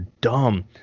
dumb